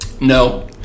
No